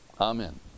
Amen